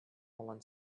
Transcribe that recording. fallen